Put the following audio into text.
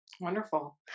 Wonderful